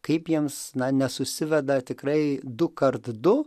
kaip jiems na nesusiveda tikrai dukart du